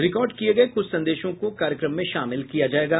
record किए गए कुछ संदेशों को कार्यक्रम में शामिल किया जाएगा